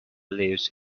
lives